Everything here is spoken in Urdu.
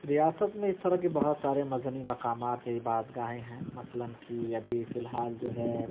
ریاست میں اس طرح کے بہت سارے مذہبی مقامات عبادت گاہیں ہیں مثلاً كہ ابھی فی الحال جو ہے